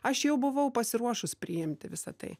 aš jau buvau pasiruošus priimti visa tai